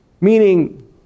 Meaning